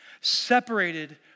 separated